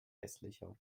hässlicher